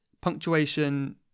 punctuation